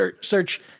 search